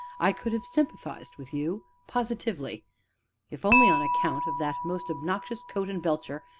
i could have sympathized with you, positively if only on account of that most obnoxious coat and belcher,